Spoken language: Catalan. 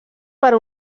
per